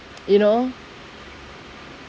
you know